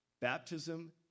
Baptism